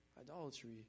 Idolatry